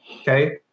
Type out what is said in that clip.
okay